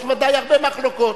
יש בוודאי הרבה מחלוקות.